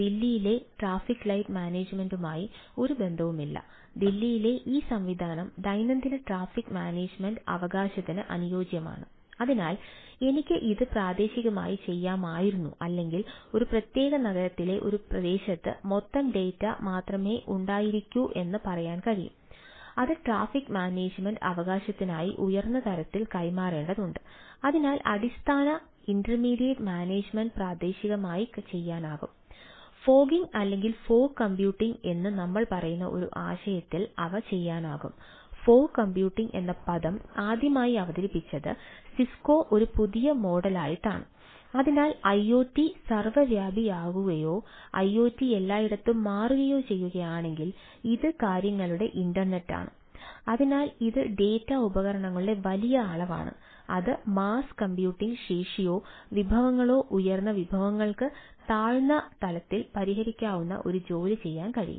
കൊൽക്കത്തയിലെ traffic light management management പ്രാദേശികമായി ചെയ്യാനാകും ഫോഗിംഗ് ശേഷിയോ വിഭവങ്ങളോ ഉയർന്ന വിഭവങ്ങൾക്ക് താഴ്ന്ന തലത്തിൽ പരിഹരിക്കാവുന്ന ഒരു ജോലി ചെയ്യാൻ കഴിയും